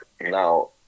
now